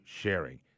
sharing